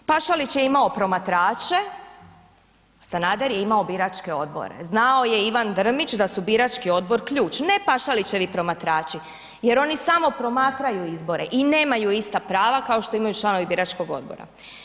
Pašalić je imao promatrače, Sanader je imao biračke odbore, znao je Ivan Drmić da su birački odbor ključ, ne Pašalićevi promatrači jer oni samo promatraju izbore i nemaju ista prava kao što imaju članovi biračkog odbora.